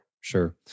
sure